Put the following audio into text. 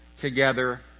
together